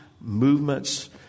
movements